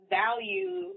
value